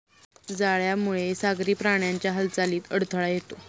जाळ्यामुळे सागरी प्राण्यांच्या हालचालीत अडथळा येतो